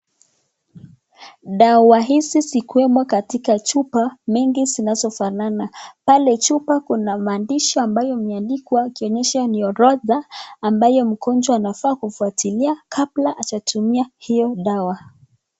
Dawa hizi zikwemo katika chupa mingi zinazofanana, pale chupa kuna maandishi ambayo imeandikwa ikionyesha nyorodha ambayo mgojwa anafaa kufuatilia kabla hajatumia hiyo dawa.